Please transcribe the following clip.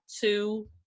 two